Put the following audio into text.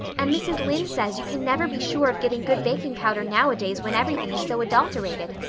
and mrs. lynde says you can never be sure of getting good baking powder nowadays when everything is so adulterated.